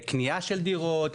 לקנייה של דירות,